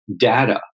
data